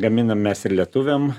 gaminam mes ir lietuviam